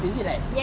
is it like